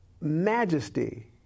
majesty